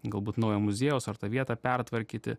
galbūt naujo muziejaus ar tą vietą pertvarkyti